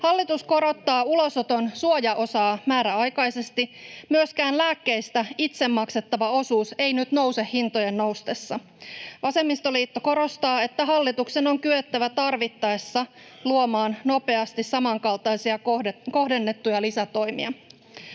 Hallitus korottaa ulosoton suojaosaa määräaikaisesti. Myöskään lääkkeistä itse maksettava osuus ei nyt nouse hintojen noustessa. Vasemmistoliitto korostaa, että hallituksen on kyettävä tarvittaessa luomaan nopeasti samankaltaisia kohdennettuja lisätoimia.